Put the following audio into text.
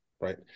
right